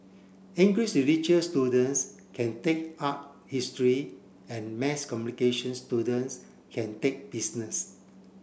English religious students can take art history and mass communications students can take business